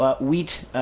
wheat